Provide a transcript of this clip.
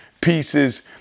pieces